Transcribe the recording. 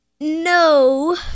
no